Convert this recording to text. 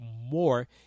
more